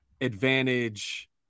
advantage